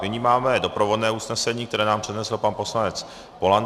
Nyní máme doprovodné usnesení, které nám přednesl pan poslanec Polanský.